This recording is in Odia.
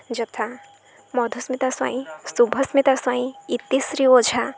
ଯଥା ମଧୁସ୍ମିତା ସ୍ୱାଇଁ ଶୁଭସ୍ମିତା ସ୍ୱାଇଁ ଇତିଶ୍ରୀ ଓଝା